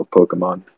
Pokemon